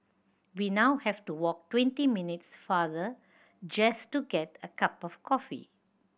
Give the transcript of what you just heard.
we now have to walk twenty minutes farther just to get a cup of coffee